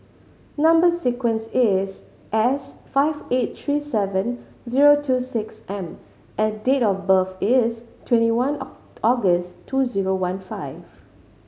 number sequence is S five eight three seven zero two six M and date of birth is twenty one August two zero one five